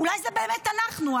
אולי זה באמת אנחנו,